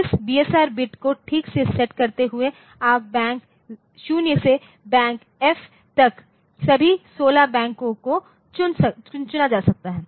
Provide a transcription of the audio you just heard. इस BSR bit को ठीक से सेट करते हुए आप बैंक 0 से बैंक F तक सभी 16 बैंकों को चुना जा सकता है